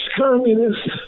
communists